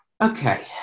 okay